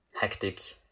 hectic